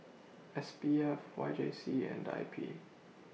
S P F Y J C and I P